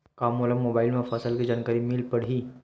का मोला मोबाइल म फसल के जानकारी मिल पढ़ही?